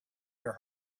your